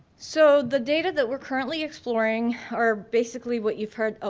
so the data that we're currently exploring are basically what you've heard, oh,